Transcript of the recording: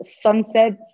sunsets